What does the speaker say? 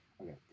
Okay